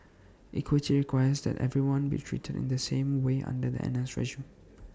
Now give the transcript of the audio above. equity requires that everyone be treated in the same way under the N S regime